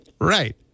Right